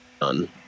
done